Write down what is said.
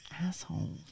Asshole